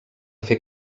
fer